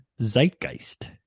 Zeitgeist